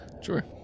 Sure